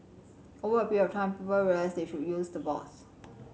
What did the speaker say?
over a period of time people realise they should use the boards